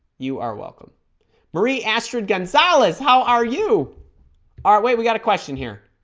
you are welcome marie astrid gonzales how are you alright wait we got a question here